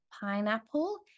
pineapple